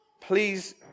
Please